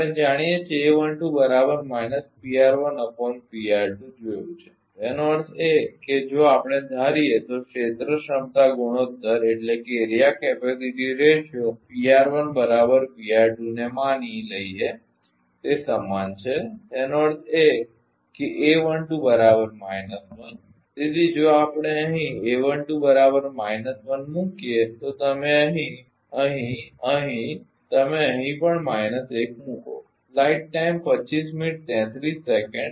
આપણે જાણીએ છે જોયું છે તેનો અર્થ એ કે જો આપણે ધારીએ તો ક્ષેત્ર ક્ષમતા ગુણોત્તર ને માની લઈએ તે સમાન છે તેનો અર્થ એ કે તેથી જો આપણે અહીં મૂકીએ તો તમે અહીં અહીં અહીં તમે અહીં પણ માઇનસ 1 મૂકો